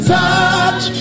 touch